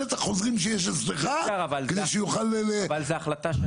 חסר את החוזרים שיש אצלך כדי שיוכל --- אבל זה החלטה של